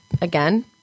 again